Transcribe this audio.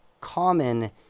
common